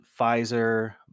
Pfizer